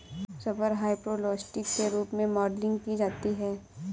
rubber hyperelastic के रूप में मॉडलिंग की जाती है